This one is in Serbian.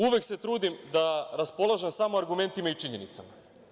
Uvek se trudim da raspolažem samo argumentima i činjenicama.